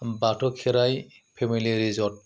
बाथौ खेराइ family resort